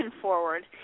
forward